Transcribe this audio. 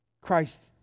Christ